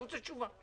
אני רוצה תשובה.